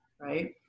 right